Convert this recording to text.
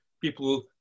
people